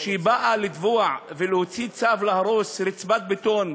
היא באה לתבוע ולהוציא צו להרוס רצפת בטון,